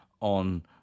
on